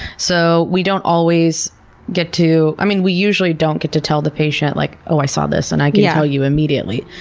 so we don't always get to, i mean, we usually don't get to tell the patient like, oh, i saw this and i yeah you immediately.